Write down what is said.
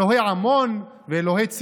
אלוהי עמון ואלוהי צידון.